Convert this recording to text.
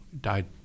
Died